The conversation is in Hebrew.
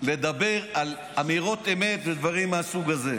לדבר על אמירות אמת ודברים מהסוג הזה.